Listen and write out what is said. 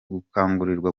gukangurirwa